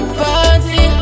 party